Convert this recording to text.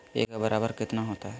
एक बीघा बराबर कितना होता है?